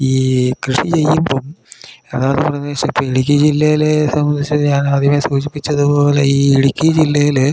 ഈ കൃഷി ചെയ്യുമ്പം അതാത് പ്രദേശം ഇപ്പം ഇടുക്കി ജില്ലയിലെ സംബന്ധിച്ച് ഞാൻ ആദ്യമേ സൂചിപ്പിച്ചതുപോലെ ഈ ഇടുക്കി ജില്ലയിൽ